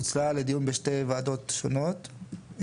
פוצלה לדיון בוועדות שונות,